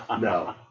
No